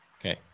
Okay